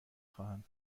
خواهم